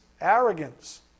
arrogance